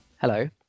Hello